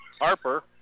Harper